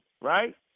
right